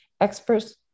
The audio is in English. Experts